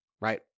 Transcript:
right